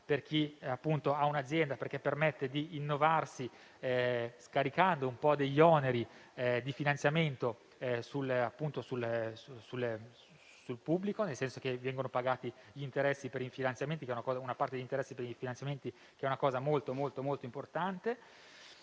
per chi ha un'azienda, perché permette di innovarsi scaricando un po' degli oneri di finanziamento sul pubblico, nel senso che viene pagata una parte degli interessi per i finanziamenti, che è una cosa molto importante.